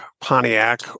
Pontiac